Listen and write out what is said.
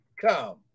come